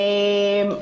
ענבל.